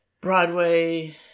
Broadway